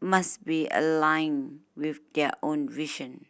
must be aligned with their own vision